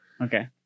Okay